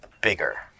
bigger